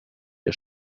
der